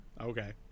okay